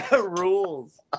rules